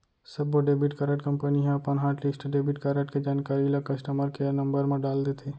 सब्बो debit card company ह अपन हॉटलिस्ट डेबिट कारड के जानकारी ल कस्टमर केयर नंबर म डाल देथे